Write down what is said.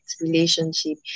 relationship